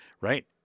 right